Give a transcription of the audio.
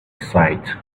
site